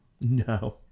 No